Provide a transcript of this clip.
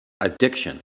addiction